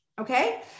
Okay